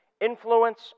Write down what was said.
Influence